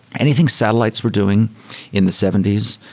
anything satellites were doing in the seventy s,